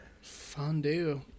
Fondue